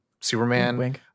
Superman